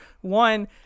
one